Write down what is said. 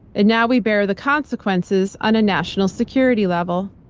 and now we bear the consequences on a national security level.